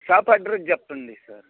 shop address చెప్పండి sir